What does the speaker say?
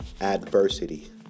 Adversity